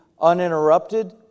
uninterrupted